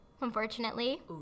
unfortunately